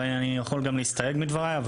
ואני יכול גם להסתייג מדבריי,